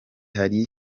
hari